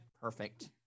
perfect